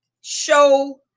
show